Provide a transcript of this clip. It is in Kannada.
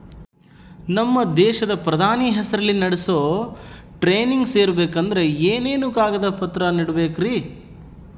ನಮ್ಮ ದೇಶದ ಪ್ರಧಾನಿ ಹೆಸರಲ್ಲಿ ನಡೆಸೋ ಟ್ರೈನಿಂಗ್ ಸೇರಬೇಕಂದರೆ ಏನೇನು ಕಾಗದ ಪತ್ರ ನೇಡಬೇಕ್ರಿ?